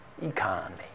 economy